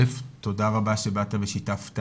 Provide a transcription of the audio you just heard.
אלף תודה רבה שבאת ושיתפת,